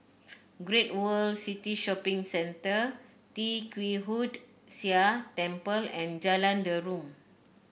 Great World City Shopping Centre Tee Kwee Hood Sia Temple and Jalan Derum